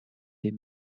des